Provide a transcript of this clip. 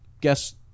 Guess